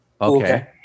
Okay